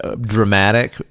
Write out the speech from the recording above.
dramatic